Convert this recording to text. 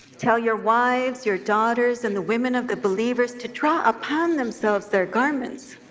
tell your wives, your daughters, and the women of the believers, to draw upon themselves their garments,